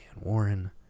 Warren